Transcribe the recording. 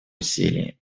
усилий